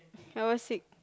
I was sick